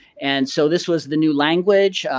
and so, this was the new language.